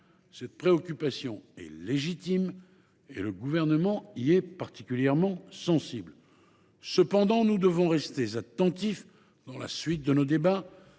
Cette préoccupation est légitime ; le Gouvernement y est particulièrement sensible. Nous devons cependant rester attentifs dans la suite de nos débats